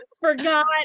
forgot